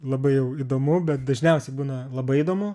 labai jau įdomu bet dažniausiai būna labai įdomu